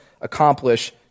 accomplish